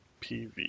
PV